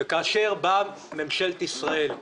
כאשר באה ממשלת ישראל,